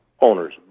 owners